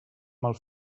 mal